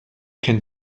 can